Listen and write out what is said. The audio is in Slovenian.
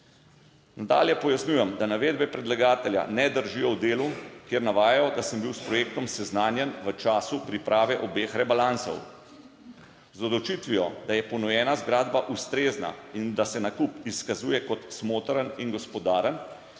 Nadalje pojasnjujem, da navedbe predlagatelja ne držijo v delu, kjer navajajo, da sem bil s projektom seznanjen v času priprave obeh rebalansov. Z odločitvijo, da je ponujena zgradba ustrezna in da se nakup izkazuje kot smotrn in gospodaren,